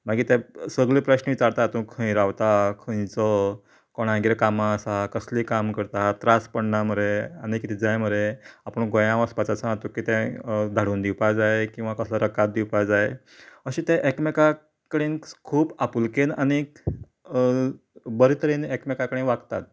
मागीर ते सगले प्रस्न विचारता तूं खंय रावता खंयचो कोणागेर कामा आसा कसलें काम करता त्रास पडना मरे आनी कितें जाय मरे आपूण गोंयां वचपाचो आसा तुका कितेंय धाडून दिवपा जाय किंवां कसलो रकाद दिवपा जाय अशे ते एकामेका कडेन खूब आपुलकेन आनी बरें तरेन एकमेका कडेन वागतात